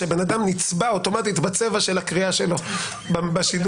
שבן אדם נצבע אוטומטית בצבע של הקריאה שלו בשידור.